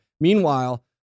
Meanwhile